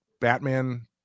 Batman